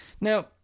Now